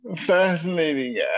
fascinating